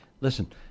Listen